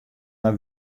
nei